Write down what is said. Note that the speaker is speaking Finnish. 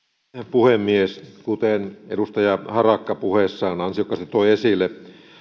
puhemies kuten edustaja harakka puheessaan ansiokkaasti toi esille